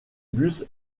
bus